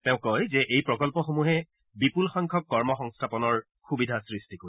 তেওঁ কয় যে এই প্ৰকল্পসমূহে বিপূল সংখ্যক কৰ্ম সংস্থাপনৰ সুবিধা সৃষ্টি কৰিব